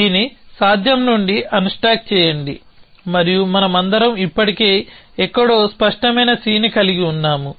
C ని సాధ్యం నుండి అన్స్టాక్ చేయండి మరియు మనమందరం ఇప్పటికే ఎక్కడో స్పష్టమైన C ని కలిగి ఉన్నాము